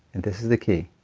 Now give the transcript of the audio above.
this is the key